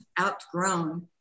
outgrown